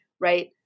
right